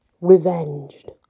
revenged